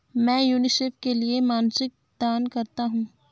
मैं यूनिसेफ के लिए मासिक दान करता हूं